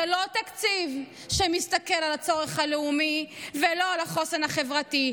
זה לא תקציב שמסתכל על הצורך הלאומי ועל החוסן החברתי.